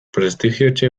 prestigiotze